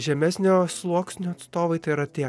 žemesnio sluoksnio atstovai tai yra tie